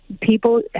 people